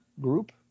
group